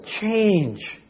Change